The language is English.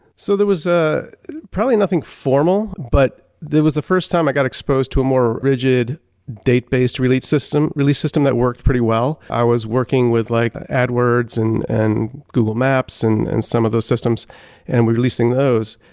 so there was ah probably nothing formal but that was the first time i got exposed to a more rigid date based release system release system that worked pretty well. i was working with like adwords and and google maps and and some of those systems and releasing those.